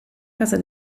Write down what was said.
casa